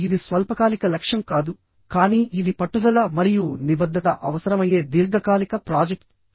మరియు ఇది స్వల్పకాలిక లక్ష్యం కాదు కానీ ఇది పట్టుదల మరియు నిబద్ధత అవసరమయ్యే దీర్ఘకాలిక ప్రాజెక్ట్